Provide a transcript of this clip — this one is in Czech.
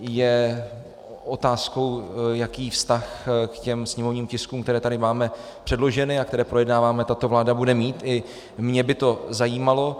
Je otázkou, jaký vztah k těm sněmovním tiskům, které tady máme předloženy a které projednáváme, tato vláda bude mít, i mě by to zajímalo.